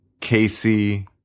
casey